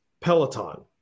Peloton